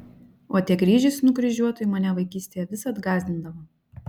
o tie kryžiai su nukryžiuotuoju mane vaikystėje visad gąsdindavo